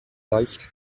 leicht